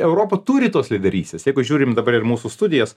europa turi tos lyderystės jeigu žiūrim dabar ir mūsų studijas